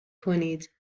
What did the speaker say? کنید